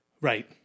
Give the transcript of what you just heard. Right